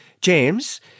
James